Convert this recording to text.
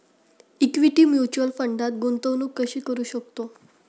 Equity mutual फंडात गुंतवणूक कशी करू शकतो?